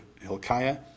Hilkiah